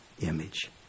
image